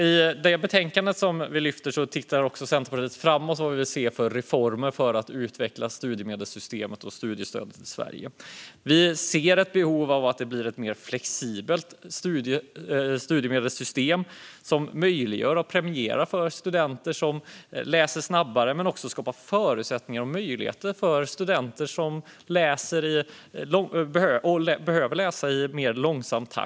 I det här betänkandet tittar Centerpartiet också framåt på reformer för att utveckla studiemedelssystemet och studiestödet i Sverige. Vi ser ett behov av ett mer flexibelt studiemedelssystem som möjliggör för och premierar studenter som läser snabbare men som också skapar förutsättningar och möjligheter för studenter som behöver läsa i långsammare takt.